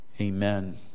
Amen